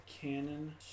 canon